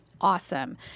awesome